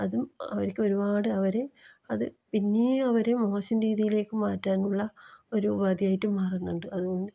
അതും അവർക്ക് ഒരുപാട് അവരെ അത് പിന്നെയും അവരെ മോശം രീതിയിലേക്ക് മാറ്റാനുള്ള ഒരു ഉപാധിയായിട്ട് മാറുന്നുണ്ട് അതുകൊണ്ട്